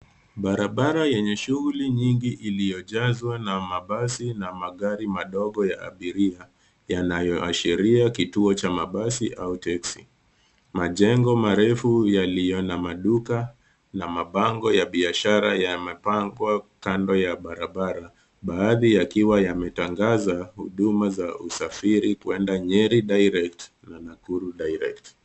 Barabara yenye shughuli nyingi iliyojazwa na mabasi na magari madogo ya abiria yanayoashiria kituo cha mabasi au teksi. Majengo marefu yaliyo na maduka na mabango ya biashara yamepangwa kando ya barabara baadhi yakiwa yametangaza huduma za usafiri kwenda Nyeri Direct na Nakuru Direct .